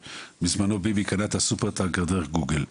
בזמנו ביבי קנה את הסופרטנק דרך גוגל.